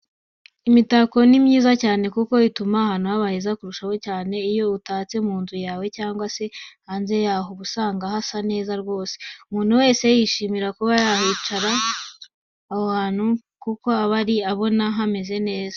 Imitako ni myiza cyane kuko ituma ahantu haba heza kurushaho, cyane cyane iyo utatse mu nzu yawe cyangwa se hanze yaho, uba usanga hasa neza rwose, umuntu wese yishimira kuba yakwicara aho hantu kuko aba abona hameze neza.